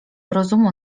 rozumu